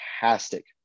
fantastic